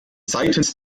seitens